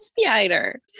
spider